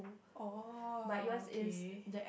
oh okay